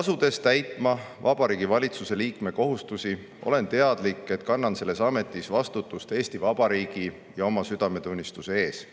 Asudes täitma Vabariigi Valitsuse liikme kohustusi, olen teadlik, et kannan selles ametis vastutust Eesti Vabariigi ja oma südametunnistuse ees.